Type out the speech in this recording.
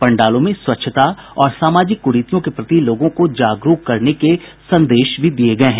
पंडालों में स्वच्छता और सामाजिक कुरीतियों के प्रति लोगों को जागरूक करने के संदेश भी दिये गये हैं